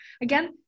again